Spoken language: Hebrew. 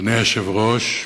אדוני היושב-ראש,